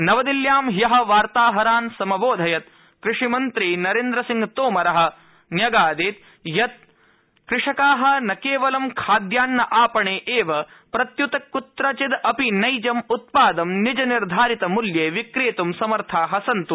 नवदिल्याम ह्य वार्ताहरान समबोधयत् कृषिमन्त्री नरेन्द्रसिंह तोमरः न्यगादीत् यत् कृषकाः न हि केवलं खाद्यान्न आपणे एव प्रत्युत क्त्रचिदपि नैजम् उत्पादं निजनिर्धारितमृत्ये विक्रेत् समर्थाः सन्त्